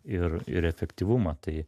ir ir efektyvumą tai